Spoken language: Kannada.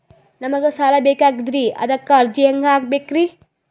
ನಮಗ ಸಾಲ ಬೇಕಾಗ್ಯದ್ರಿ ಅದಕ್ಕ ಅರ್ಜಿ ಹೆಂಗ ಹಾಕಬೇಕ್ರಿ?